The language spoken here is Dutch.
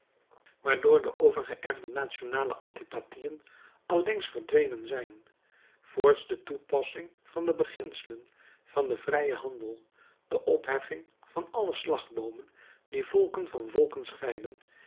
waardoor de overgeërfde nationale antipathien allengs verdwenen zijn voorts de toepassing van de beginselen van den vrijen handel de opheffing van alle slagboomen die volken van volken scheidden